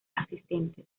asistentes